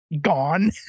gone